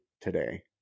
today